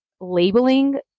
labeling